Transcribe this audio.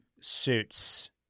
suits